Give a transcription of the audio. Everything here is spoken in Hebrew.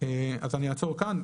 אז אני אעצור כאן.